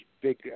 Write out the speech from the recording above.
big